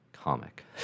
comic